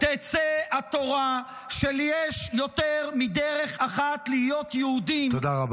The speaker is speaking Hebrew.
-- תצא התורה של יש יותר מדרך אחת להיות יהודים -- תודה רבה.